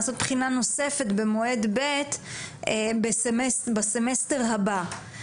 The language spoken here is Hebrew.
לעשות בחינה נוספת במועד ב' בסמסטר הבא.